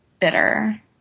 bitter